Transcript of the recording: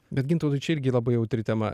bet gintautai čia irgi labai jautri tema